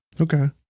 Okay